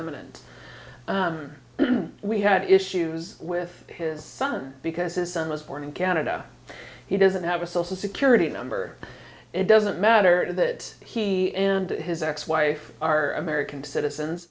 eminent we had issues with his son because his son was born in canada he doesn't have a social security number it doesn't matter that he and his ex wife are american citizens